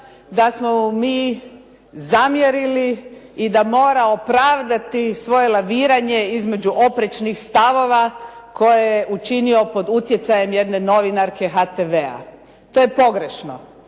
da smo mu mi zamjerili i da mora opravdati svoje laviranje između oprečnih stavova koje je učinio pod utjecajem jedne novinarke HTV-a. To je pogrešno.